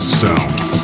sound